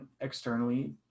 externally